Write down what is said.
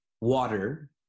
water